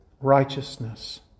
righteousness